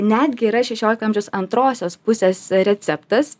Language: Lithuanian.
netgi yra šešioliko amžiaus antrosios pusės receptas